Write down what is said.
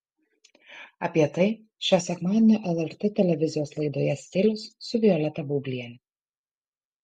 apie tai šio sekmadienio lrt televizijos laidoje stilius su violeta baubliene